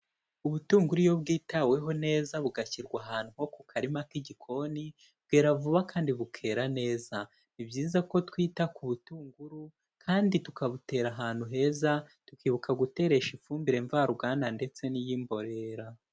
Ubutunguru iyo bwitaweho neza bugashyirwa ahantu nko ku karima k'igikoni bwera vuba kandi bukera neza, ni byiza ko twita ku butunguru kandi tukabutera ahantu heza, tukibuka guteresha ifumbire mvaruganda ndetse n'iy'imborera.